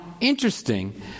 interesting